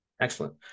Excellent